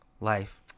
Life